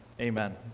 Amen